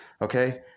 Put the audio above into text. Okay